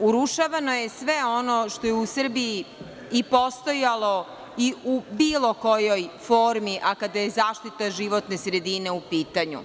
urušavano je sve ono što je u Srbiji i postojalo i u bilo kojoj formi, a kada je zaštita životne sredine upitanju.